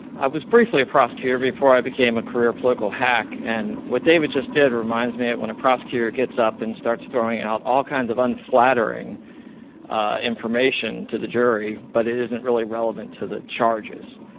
i was briefly a prosecutor before i became a career political hack. and what david just did reminds me of when a prosecutor gets up and starts throwing out all kinds of unflattering information to the jury, but it isn't really relevant to the charges.